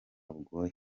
bugoye